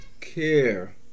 care